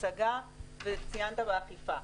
הצגה ואכיפה.